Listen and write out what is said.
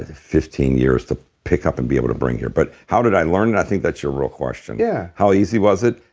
ah fifteen years to pick up and be able to bring it here. but how did i learn that? i think that's your real question yeah how easy was it?